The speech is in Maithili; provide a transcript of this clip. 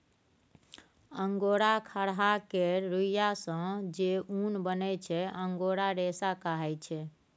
अंगोरा खरहा केर रुइयाँ सँ जे उन बनै छै अंगोरा रेशा कहाइ छै